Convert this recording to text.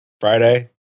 Friday